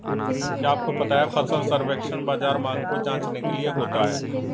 क्या आपको पता है फसल सर्वेक्षण बाज़ार मांग को जांचने के लिए होता है?